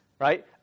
Right